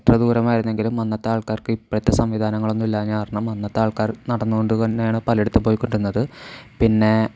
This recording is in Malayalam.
എത്ര ദൂരമായിരുന്നെങ്കിലും അന്നത്തെ ആൾക്കാർക്ക് ഇപ്പോഴത്തെ സംവിധാനങ്ങളൊന്നും ഇല്ലാഞ്ഞതുകാരണം അന്നത്തെ ആൾക്കാർ നടന്നുകൊണ്ടുതന്നെയാണ് പലയിടത്തും പോയിക്കൊണ്ടിരുന്നത് പിന്നെ